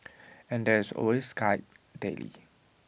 and there is always Skype daily